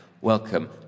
welcome